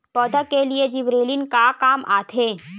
पौधा के लिए जिबरेलीन का काम आथे?